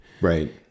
Right